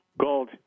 Gold